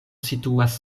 situas